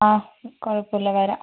ആ കുഴപ്പമില്ല വരാം